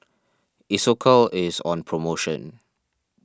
Isocal is on promotion